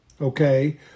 okay